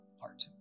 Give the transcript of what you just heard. heart